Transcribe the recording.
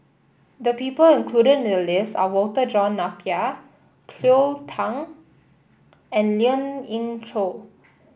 the people included in the list are Walter John Napier Cleo Thang and Lien Ying Chow